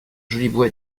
jolibois